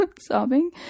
sobbing